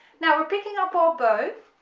now we're picking up our bow